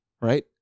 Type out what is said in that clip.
Right